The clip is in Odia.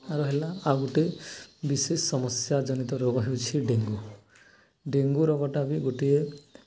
ଆଉ ରହିଲା ଆଉ ଗୋଟେ ବିଶେଷ ସମସ୍ୟା ଜନିତ ରୋଗ ହେଉଛି ଡେଙ୍ଗୁ ଡେଙ୍ଗୁ ରୋଗଟା ବି ଗୋଟିଏ